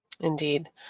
Indeed